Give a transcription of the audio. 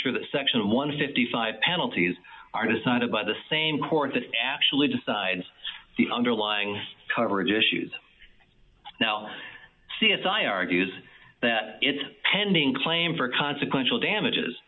sure that section one hundred and fifty five penalties are decided by the same court that actually decides the underlying coverage issues now c s i argues that its pending claim for consequential damages